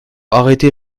arrêter